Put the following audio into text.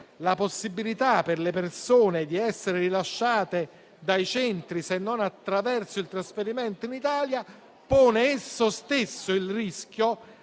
la possibilità per le persone di essere rilasciate dai centri, se non attraverso il trasferimento in Italia, pone esso stesso il rischio